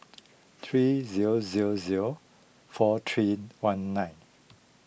three zero zero zero four three one nine